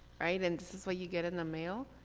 right, and this is what you get in the mail,